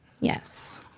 Yes